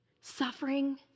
suffering